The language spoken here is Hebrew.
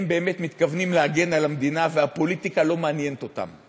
הם באמת מתכוונים להגן על המדינה והפוליטיקה לא מעניינת אותם.